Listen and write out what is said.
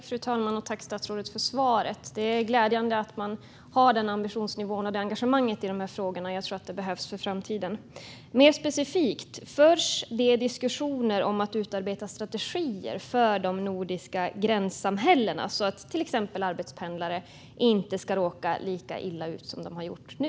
Fru talman! Tack, statsrådet, för svaret! Det är glädjande att man har den ambitionsnivån och det engagemanget i de här frågorna. Jag tror att det behövs för framtiden. Mer specifikt, förs det diskussioner om att utarbeta strategier för de nordiska gränssamhällena så att till exempel arbetspendlare inte ska råka lika illa ut som de har gjort nu?